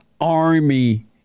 army